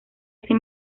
ese